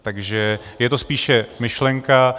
Takže je to spíše myšlenka.